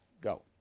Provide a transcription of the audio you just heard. Go